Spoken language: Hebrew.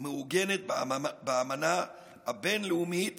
מעוגנת באמנה הבין-לאומית